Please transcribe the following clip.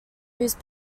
whose